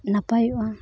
ᱱᱟᱯᱟᱭᱚᱜᱼᱟ